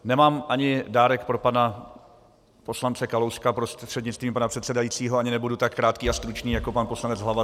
Nemám ani dárek pro pana poslance Kalouska, prostřednictvím pana předsedajícího, ani nebudu tak krátký a stručný jako pan poslanec Hlavatý.